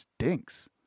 stinks